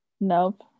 nope